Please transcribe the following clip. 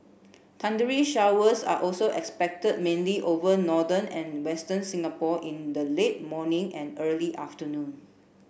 thundery showers are also expected mainly over northern and western Singapore in the late morning and early afternoon